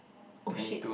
!oh shit!